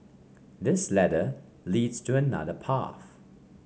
this ladder leads to another path